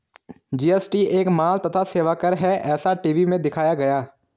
GST एक माल तथा सेवा कर है ऐसा टी.वी में दिखाया गया